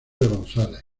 gonzález